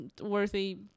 Worthy